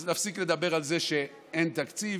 אז להפסיק לדבר על זה שאין תקציב,